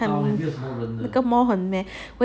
很那个 mall 很 meh